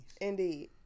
Indeed